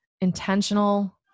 intentional